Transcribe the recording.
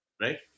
Right